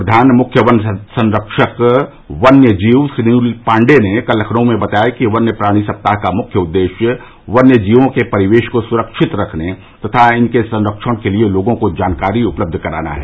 प्रधान मुख्य वन संरक्षक वन्य जीव सुनील पाण्डेय ने कल लखनऊ में बताया कि वन्य प्राणी सप्ताह का मुख्य उद्देश्य वन्य जीवों के परिवेश को सुरक्षित रखने तथा इनके संरक्षण के लिये लोगों को जानकारी उपलब्ध कराना है